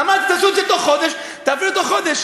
אמרתי: תעשו את זה בתוך חודש, תעבירו בתוך חודש.